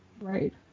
Right